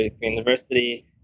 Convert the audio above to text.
university